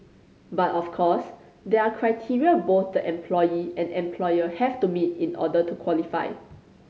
but of course there are criteria both the employee and employer have to meet in order to qualify